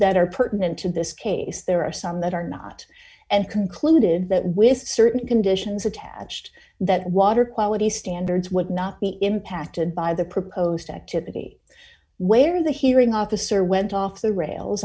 that are pertinent to this case there are some that are not and concluded that with certain conditions attached that water quality standards would not be impacted by the proposed activity where the hearing officer went off the rails